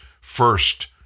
first